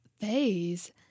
phase